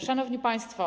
Szanowni Państwo!